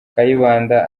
kayibanda